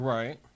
Right